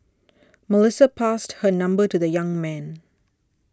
Melissa passed her number to the young man